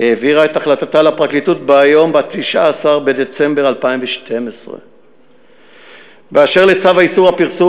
העבירה את החלטתה לפרקליטות ב-19 בדצמבר 2012. באשר לצו איסור הפרסום,